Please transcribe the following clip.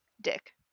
dick